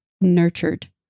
nurtured